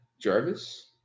Jarvis